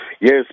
Yes